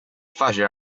facile